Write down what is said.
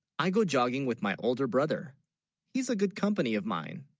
i go, jogging with, my older brother he's a good company of mine